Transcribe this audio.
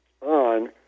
on